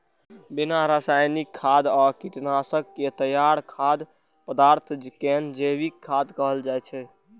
बिना रासायनिक खाद आ कीटनाशक के तैयार खाद्य पदार्थ कें जैविक खाद्य कहल जाइ छै